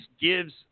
gives